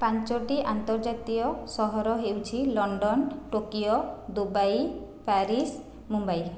ପାଞ୍ଚୋଟି ଅନ୍ତର୍ଜାତୀୟ ସହର ହେଉଛି London Tokyo Dubai Paris Mumbai